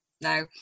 Now